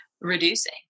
reducing